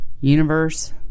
universe